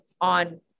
on